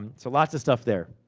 and so, lots of stuff there.